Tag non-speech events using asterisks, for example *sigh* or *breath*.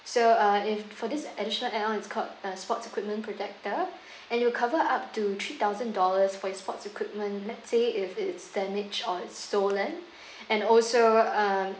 so uh if for this additional add on it's called a sports equipment protector *breath* and it will cover up to three thousand dollars for your sports equipment let's say if it's damaged or stolen *breath* and also uh